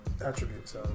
attributes